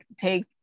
take